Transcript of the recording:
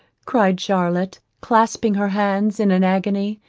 cried charlotte, clasping her hands in an agony,